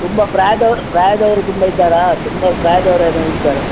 ತುಂಬ ಪ್ರಾಯದವ್ರು ಪ್ರಾಯದವ್ರು ತುಂಬ ಇದ್ದಾರಾ ತುಂಬ ಪ್ರಾಯದವ್ರು ಏನಾರ ಇದ್ದಾರ